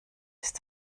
ist